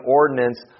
ordinance